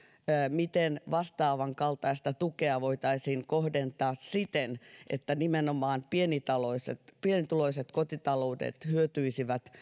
miten vastaavan kaltaista tukea voitaisiin kohdentaa siten että nimenomaan pienituloiset pienituloiset kotitaloudet hyötyisivät